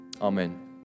Amen